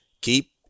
keep